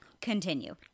Continue